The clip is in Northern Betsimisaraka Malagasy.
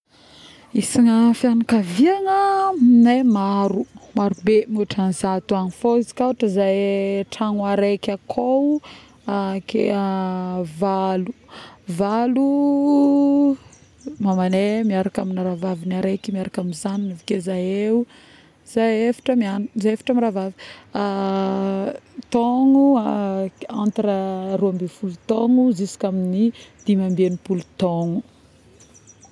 Isagna fiagnakaviagnana aminay maro marobe miotra ny zato agny fô izy ka kô zahay fiagnakaviagna antragno raiky akao˂ noise˃ valo, valo˂hesitation˃ mamagnay miaraka aminy rahavavignay araiky miaraka aminy zagnany, avikeo zahay efatra miaha_ zahay efatra mirahavavy˂hesitation˃ taogno entre roambifolo taogno ziskamign-ny dimy amby enim-polo taogno